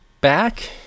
back